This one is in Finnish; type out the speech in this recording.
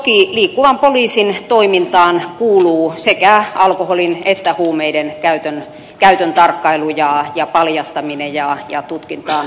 toki liikkuvan poliisin toimintaan kuuluu sekä alkoholin että huumeiden käytön tarkkailu ja paljastaminen ja tutkintaan saattaminen